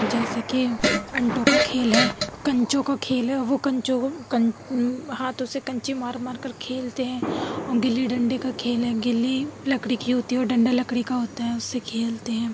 جیسے کہ انٹوں کا کھیل ہے کنچوں کا کھیل ہے وہ کنچوں کو کن ہاتھوں سے کنچے مار مار کر کھیلتے ہیں اور گلی ڈنڈے کا کھیل ہے گلی لکڑی کی ہوتی ہے اور ڈنڈا لکڑی کا ہوتا ہے اس سے کھیلتے ہیں